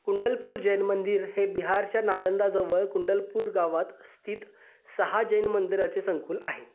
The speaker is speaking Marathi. कुंडलपूर जैन मंदिर हे बिहारच्या नालंदाजवळ कुंडलपूर गावात स्थित सहा जैन मंदिराचे संकुल आहे